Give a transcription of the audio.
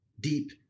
deep